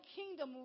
kingdom